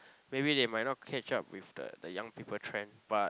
maybe they might not catch up with the the young people trend but